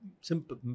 simple